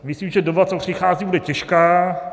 Myslím, že doba, co přichází, bude těžká.